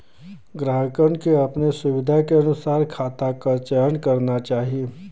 ग्राहकन के अपने सुविधा के अनुसार खाता क चयन करना चाही